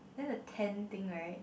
then the tan thing right